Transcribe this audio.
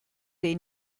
dei